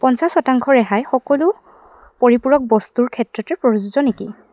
পঞ্চাশ শতাংশ ৰেহাই সকলো পৰিপূৰক বস্তুৰ ক্ষেত্ৰতে প্ৰযোজ্য নেকি